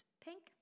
pink